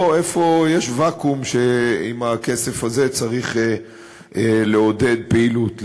או איפה יש ואקום שעם הכסף הזה צריך לעודד פעילות,